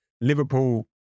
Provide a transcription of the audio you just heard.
Liverpool